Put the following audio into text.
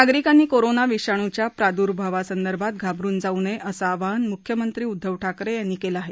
नागरिकांनी कोरोना विषाणूच्या प्रादुर्भावासंदर्भात घाबरून जाऊ नये असं आवाहन म्ख्यमंत्री उद्धव ठाकरे यांनी केलं आहे